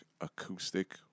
acoustic